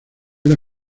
era